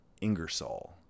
ingersoll